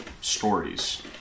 stories